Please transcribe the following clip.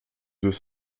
deux